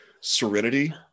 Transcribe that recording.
serenity